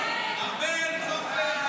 כהצעת הוועדה,